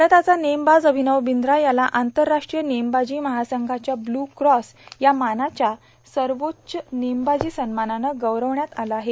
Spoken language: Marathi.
भारताचा नेमबाज अभिनव बिंद्रा याला आंतरराष्ट्रीय नेमबाजी महासंघाच्या ब्ल्यू क्रॉस या मानाच्या सर्वोच्च नेमबाजी सन्मानानं गौरवण्यात आलं आहे